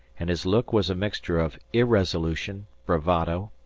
and his look was a mixture of irresolution, bravado,